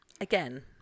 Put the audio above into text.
Again